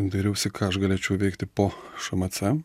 dairiausi ką aš galėčiau veikti po šmc